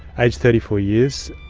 aged thirty four years.